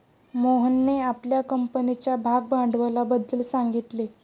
मोहनने आपल्या कंपनीच्या भागभांडवलाबद्दल सांगितले